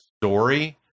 story